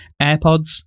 AirPods